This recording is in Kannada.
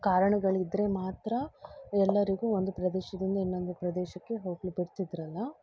ಕಾರಣಗಳಿದ್ದರೆ ಮಾತ್ರ ಎಲ್ಲರಿಗೂ ಒಂದು ಪ್ರದೇಶದಿಂದ ಇನ್ನೊಂದು ಪ್ರದೇಶಕ್ಕೆ ಹೋಗಲು ಬಿಡ್ತಿದ್ದರಲ್ಲ